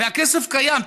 והכסף קיים,